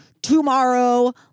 tomorrow